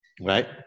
right